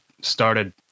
started